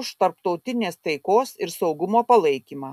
už tarptautinės taikos ir saugumo palaikymą